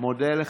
אני מודה לך.